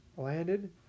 landed